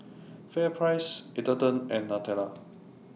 FairPrice Atherton and Nutella